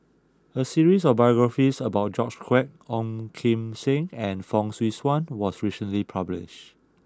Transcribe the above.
a series of biographies about George Quek Ong Kim Seng and Fong Swee Suan was recently published